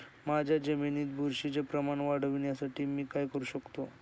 माझ्या जमिनीत बुरशीचे प्रमाण वाढवण्यासाठी मी काय करू शकतो?